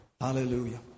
Hallelujah